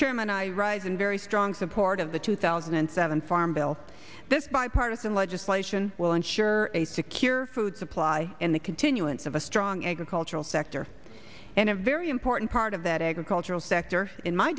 chairman i rise and very strong support of the two thousand and seven farm bill this bipartisan legislation will ensure a secure food supply in the continuance of a strong agricultural sector and a very important part of that agricultural sector in my